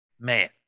Man